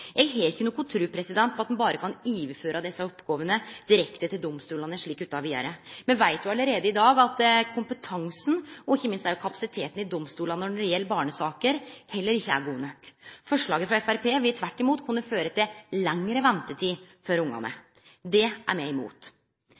Eg har ikkje noka tru på at ein berre kan overføre desse oppgåvene direkte til domstolane slik utan vidare. Me veit allereie i dag at kompetansen og ikkje minst kapasiteten i domstolane i barnesaker heller ikkje er god nok. Forslaget frå Framstegspartiet vil tvert imot kunne føre til lengre ventetid for ungane. Det er me imot.